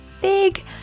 big